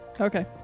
Okay